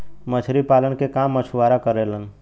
मछरी पालन के काम मछुआरा करेलन